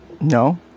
No